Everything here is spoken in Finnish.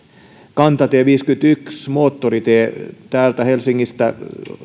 kantatie viisikymmentäyksi moottoritie täältä helsingistä